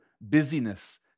busyness